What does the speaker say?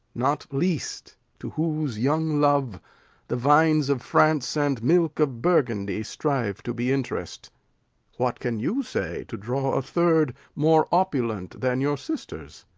not least to whose young love the vines of france and milk of burgundy strive to be interest what can you say to draw a third more opulent than your sisters?